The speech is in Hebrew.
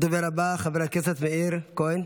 הדובר הבא, חבר הכנסת מאיר כהן.